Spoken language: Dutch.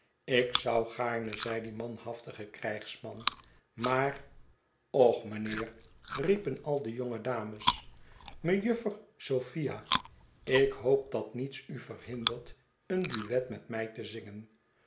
ik zou gaarne zeide die manhafte krijgsman maar och mynheer riepen al de jonge dames mejuffer sophia ik hoop dat niets u verhindert een duet met mij te zingen